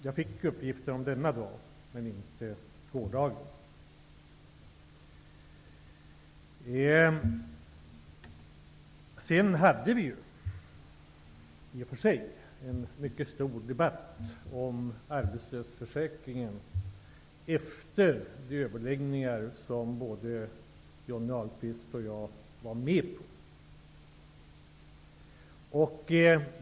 Jag fick uppgifter om dagens debatt, men inte om gårdagens. Vi hade i och för sig en mycket stor debatt om arbetslöshetsförsäkringen efter de överläggningar som både Johnny Ahlqvist och jag var med i.